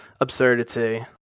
absurdity